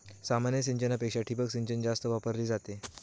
सामान्य सिंचनापेक्षा ठिबक सिंचन जास्त वापरली जाते